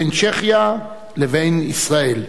בין צ'כיה לבין ישראל.